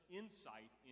insight